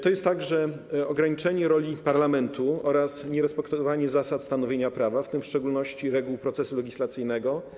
To jest także ograniczenie roli parlamentu oraz nierespektowanie zasad stanowienia prawa, w tym w szczególności reguł procesu legislacyjnego.